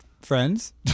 friends